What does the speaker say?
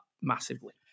massively